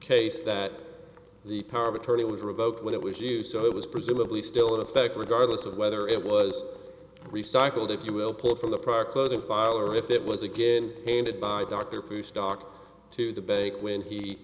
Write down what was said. case that the power of attorney was revoked when it was you so it was presumably still in effect regardless of whether it was recycled if you will pull it from the prior closing file or if it was a good painted by dr fu stock to the bank when he